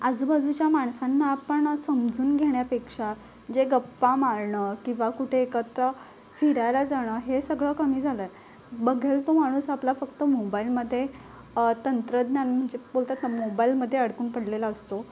आजूबाजूच्या माणसांना आपण समजून घेण्यापेक्षा जे गप्पा मारणं किंवा कुठे एकत्र फिरायला जाणं हे सगळं कमी झालं आहे बघेल तो माणूस आपला फक्त मोबाईलमध्ये तंत्रज्ञान म्हणजे बोलतात ना मोबाईलमध्ये अडकून पडलेला असतो